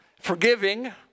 forgiving